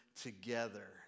together